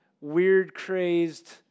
weird-crazed